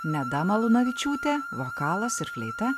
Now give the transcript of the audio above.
neda malūnavičiūtė vokalas ir fleita